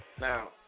Now